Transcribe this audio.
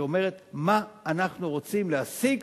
שאומרת מה אנחנו רוצים להשיג